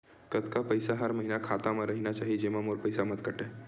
कतका पईसा हर महीना खाता मा रहिना चाही जेमा मोर पईसा मत काटे?